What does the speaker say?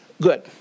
Good